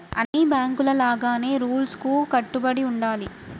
అన్ని బాంకుల లాగానే రూల్స్ కు కట్టుబడి ఉండాలి